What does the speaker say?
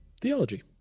Theology